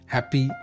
Happy